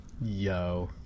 Yo